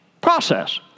Process